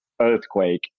earthquake